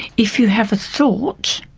if you have a thought,